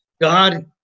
God